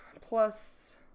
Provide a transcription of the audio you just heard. Plus